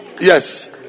Yes